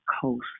coast